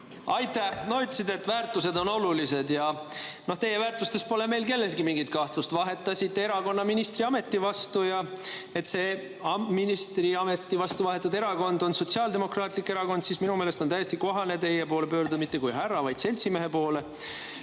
Aitäh! Ütlesite, et väärtused on olulised. Teie väärtustes pole meil kellelgi mingit kahtlust – vahetasite erakonna ministriameti vastu. Ja et see ministriameti vastu vahetatud erakond on Sotsiaaldemokraatlik Erakond, siis minu meelest on täiesti kohane teie poole pöörduda mitte kui härra, vaid seltsimehe poole.